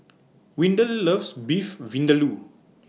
Windell loves Beef Vindaloo